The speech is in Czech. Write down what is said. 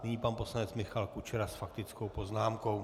Nyní pan poslanec Michal Kučera s faktickou poznámkou.